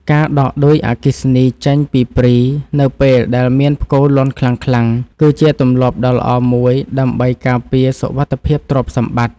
ការដកឌុយអគ្គិសនីចេញពីព្រីនៅពេលដែលមានផ្គរលាន់ខ្លាំងៗគឺជាទម្លាប់ដ៏ល្អមួយដើម្បីការពារសុវត្ថិភាពទ្រព្យសម្បត្តិ។